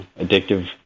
addictive